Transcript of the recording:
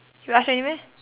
you ask already meh